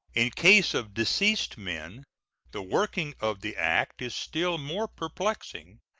in case of deceased men the working of the act is still more perplexing,